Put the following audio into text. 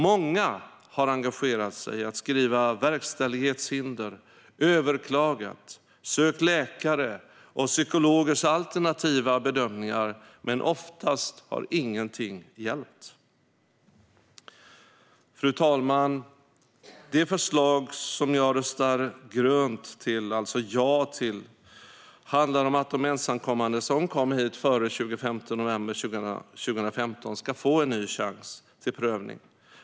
Många har engagerat sig i att skriva verkställighetshinder, har överklagat och har sökt läkare och psykologers alternativa bedömningar. Men oftast har ingenting hjälpt. Fru talman! Det förslag som jag röstar grönt, alltså ja, till handlar om att de ensamkommande som kom hit före den 25 november 2015 ska få en ny chans till prövning.